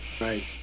Right